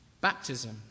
baptism